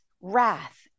wrath